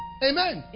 Amen